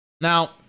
Now